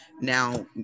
Now